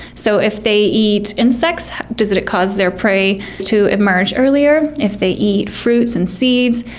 so if they eat insects does it it cause their prey to emerge earlier? if they eat fruits and seeds,